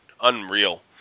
unreal